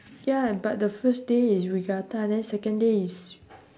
ya but the first day is regatta then second day is